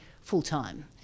full-time